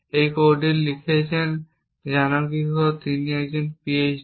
এই কোডটি লিখেছেন জ্ঞানম্বিকাই যিনি একজন পিএইচডি